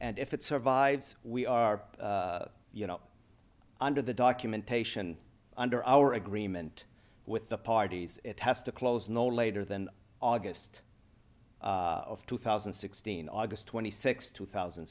and if it survives we are you know under the documentation under our agreement with the parties it has to close no later than august of two thousand and sixteen august twenty sixth two thousand